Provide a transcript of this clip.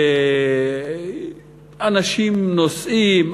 אנשים נוסעים,